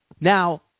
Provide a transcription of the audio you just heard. Now